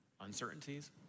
uncertainties